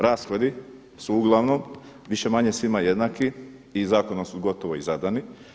Rashodi su uglavnom više-manje svima jednaki i zakonom su gotovo i zadani.